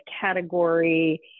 category